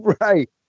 Right